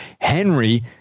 Henry